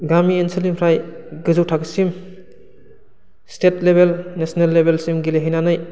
गामि ओनसोलनिफ्राय गोजौ थाखोसिम स्टेट लेभेल नेसनेल लेभेलसिम गेलेहैनानै